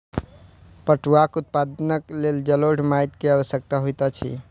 पटुआक उत्पादनक लेल जलोढ़ माइट के आवश्यकता होइत अछि